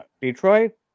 Detroit